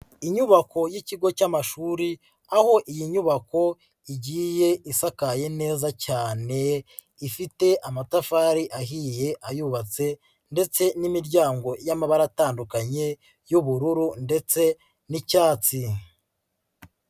Inyubako y'ikigo cy'amashuri, aho iyi nyubako igi isakaye neza cyane, ifite amatafari ahiye ayubatse ndetse n'imiryango y'amabara atandukanye y'ubururu ndetse n'icyatsi.